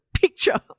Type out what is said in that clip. picture